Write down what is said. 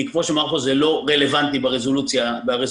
כי כפי שנאמר פה זה לא רלוונטי ברזולוציה הזאת.